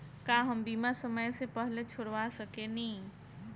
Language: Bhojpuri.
का हम बीमा समय से पहले छोड़वा सकेनी?